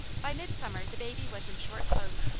by midsummer the baby was in short clothes,